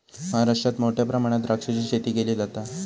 महाराष्ट्रात मोठ्या प्रमाणात द्राक्षाची शेती केली जाता